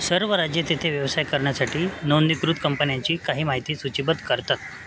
सर्व राज्ये तिथे व्यवसाय करण्यासाठी नोंदणीकृत कंपन्यांची काही माहिती सूचीबद्ध करतात